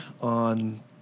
on